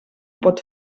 pot